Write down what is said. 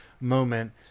moment